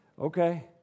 Okay